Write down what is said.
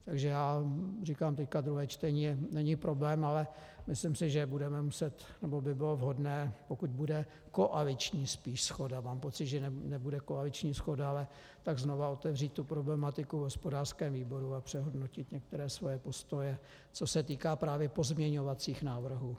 Takže já teď říkám, druhé čtení není problém, ale myslím si, že budeme muset, nebo by bylo vhodné, pokud bude koaliční spíš shoda mám pocit, že nebude koaliční shoda ale znovu otevřít problematiku v hospodářském výboru a přehodnotit některé své postoje, což se týká právě pozměňovacích návrhů.